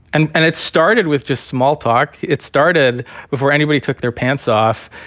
and and it started with just small talk. it started before anybody took their pants off.